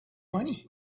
money